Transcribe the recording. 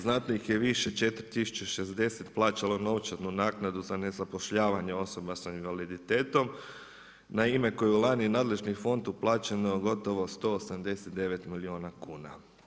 Znatno ih je više 4 060 plaćalo novčanu naknadu za nezapošljavanje osoba s invaliditetom na ime koje je lani nadležni fond uplaćeno gotovo 179 milijuna kuna.